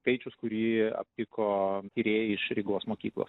skaičius kurį aptiko tyrėjai iš rygos mokyklos